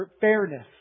fairness